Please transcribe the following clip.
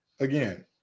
Again